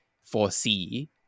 foresee